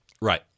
Right